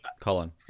colin